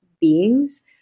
beings